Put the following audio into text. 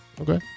Okay